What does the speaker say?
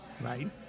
right